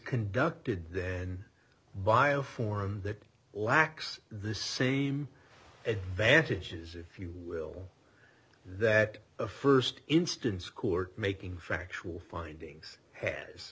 conducted then by a form that lacks the same advantages if you will that a first instance court making factual findings ha